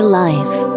life